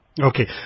Okay